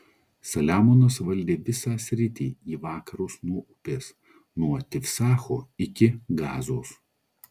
saliamonas valdė visą sritį į vakarus nuo upės nuo tifsacho iki gazos